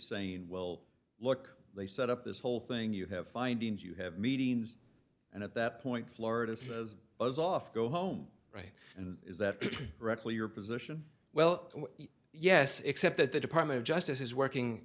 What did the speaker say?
saying well look they set up this whole thing you have findings you have meetings and at that point florida says buzz off go home right and is that directly your position well yes except that the department of justice is working